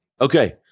Okay